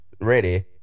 ready